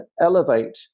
elevate